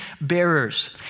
bearers